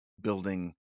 building